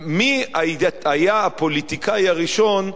מי היה הפוליטיקאי הראשון ש"זכה"